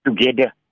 together